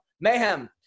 Mayhem